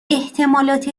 احتمالات